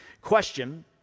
Question